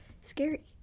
scary